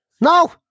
No